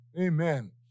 amen